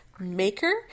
maker